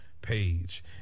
page